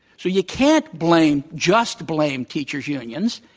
so you can't blame just blame teachers unions.